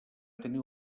tenir